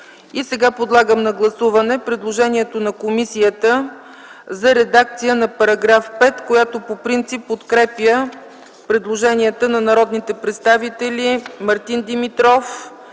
прието. Подлагам на гласуване предложението на комисията за редакция на § 5, която по принцип подкрепя предложенията на народните представители Мартин Димитров,